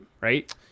right